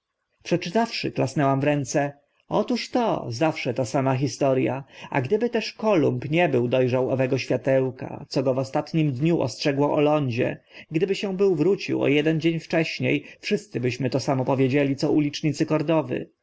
przeczytawszy klasnęłam w ręce otóż to zawsze ta sama historia a gdyby też kolumb nie był do rzał owego światełka co go w ostatnim dniu ostrzegło o lądzie gdyby się był wrócił o eden dzień wcześnie wszyscy byśmy to samo powiedzieli co ulicznicy kordowy